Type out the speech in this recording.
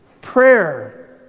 prayer